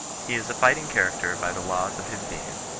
he is a fighting character by the laws of his being.